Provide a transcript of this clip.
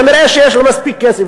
כנראה יש לה מספיק כסף,